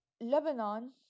Lebanon